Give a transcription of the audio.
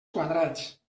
quadrats